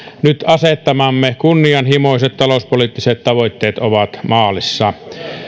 nyt asettamamme kunnianhimoiset talouspoliittiset tavoitteet ovat maalissa